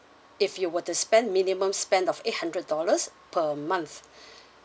if you were to spend minimum spend of eight hundred dollars per month